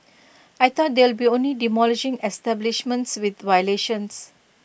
I thought they'll be only demolishing establishments with violations